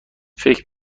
فکر